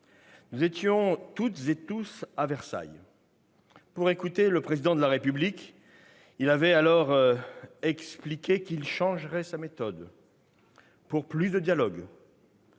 nous étions toutes et tous à Versailles pour écouter le Président de la République. Il avait alors expliqué qu'il changerait sa méthode, pour plus de dialogue.